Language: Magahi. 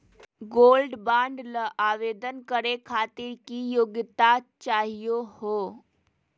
गोल्ड बॉन्ड ल आवेदन करे खातीर की योग्यता चाहियो हो?